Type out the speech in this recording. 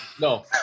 No